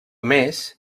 més